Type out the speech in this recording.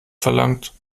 verlangt